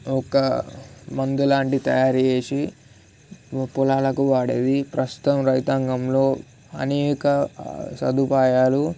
ఒక మందు లాంటిది తయారుచేసి పొలాలకు వాడేది ప్రస్తుతం రైతాంగంలో అనేక సదుపాయాలు